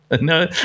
No